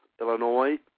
Illinois